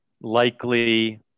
likely